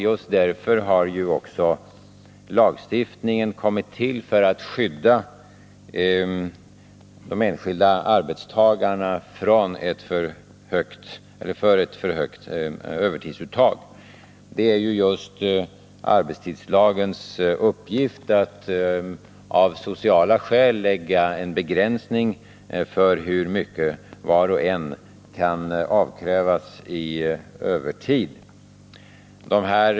Just därför har ju också lagstiftningen kommit till — för att skydda de enskilda arbetstagarna mot ett alltför högt övertidsuttag. Det är arbetstidslagens uppgift att av sociala skäl begränsa vad var och en kan avkrävas i övertidsarbete.